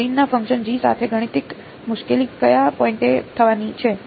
તો આ ગ્રીનના ફંક્શન G સાથે ગાણિતિક મુશ્કેલી કયા પોઈન્ટ એ થવાની છે